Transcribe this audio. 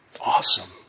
Awesome